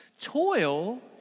Toil